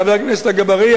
חבר הכנסת אגבאריה,